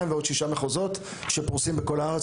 ועוד שישה מחוזות שפרוסים בכל הארץ.